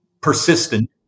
persistent